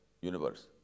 universe